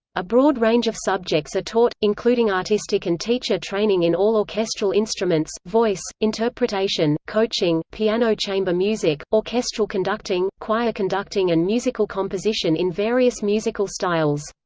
a broad range of subjects are taught, including artistic and teacher training in all orchestral instruments, voice, interpretation, coaching, piano chamber music, orchestral conducting, choir conducting and musical composition in various musical styles.